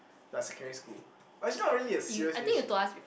like secondary school but it's not really a serious serious shit